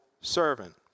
servant